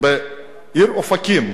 בעיר אופקים,